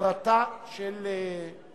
לא, לא.